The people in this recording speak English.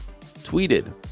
tweeted